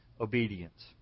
obedience